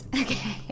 Okay